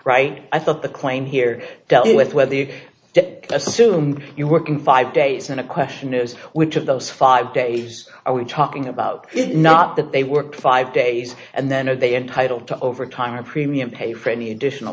right i thought the claim here dealt with where the debt assumed you're working five days in a question is which of those five days are we talking about is not that they work five days and then are they entitled to overtime or premium pay for any additional